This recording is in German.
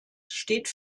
steht